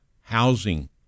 housing